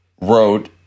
wrote